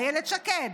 אילת שקד.